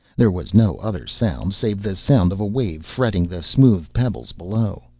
there was no other sound save the sound of a wave fretting the smooth pebbles below.